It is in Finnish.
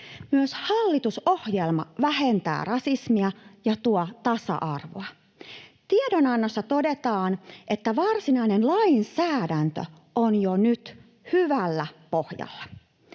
Myös hallitusohjelma vähentää rasismia ja tuo tasa-arvoa. Tiedonannossa todetaan, että varsinainen lainsäädäntö on jo nyt hyvällä pohjalla.